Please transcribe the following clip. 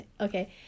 Okay